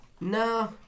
No